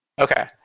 Okay